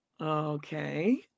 Okay